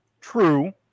True